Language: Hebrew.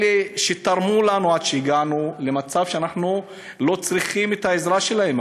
אלה שתרמו לנו עד שהגענו למצב שאנחנו לא צריכים את העזרה שלהם,